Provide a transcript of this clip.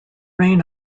rain